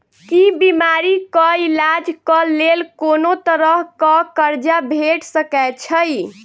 की बीमारी कऽ इलाज कऽ लेल कोनो तरह कऽ कर्जा भेट सकय छई?